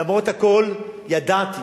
למרות הכול, ידעתי